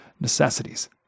necessities